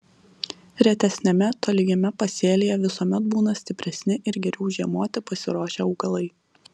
retesniame tolygiame pasėlyje visuomet būna stipresni ir geriau žiemoti pasiruošę augalai